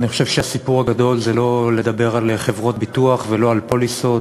אני חושב שהסיפור הגדול זה לא לדבר על חברות ביטוח ולא על פוליסות,